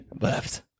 left